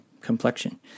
complexion